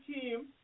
team